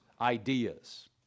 ideas